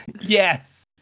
yes